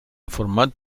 format